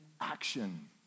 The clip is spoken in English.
action